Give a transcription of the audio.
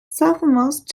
southernmost